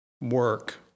work